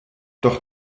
doch